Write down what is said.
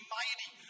mighty